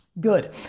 good